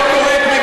דמגוג.